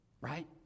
right